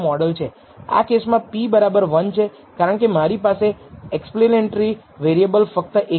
આ કેસમાં p1 છે કારણકે મારી પાસે એક્સપ્લેનેટરી વેરિએબલ ફક્ત 1 જ છે